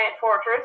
fortress